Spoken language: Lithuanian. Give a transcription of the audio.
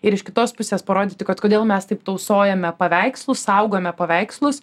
ir iš kitos pusės parodyti kad kodėl mes taip tausojame paveikslus saugome paveikslus